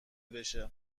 بشه